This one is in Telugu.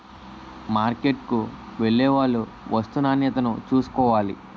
మార్కెట్కు వెళ్లేవాళ్లు వస్తూ నాణ్యతను చూసుకోవాలి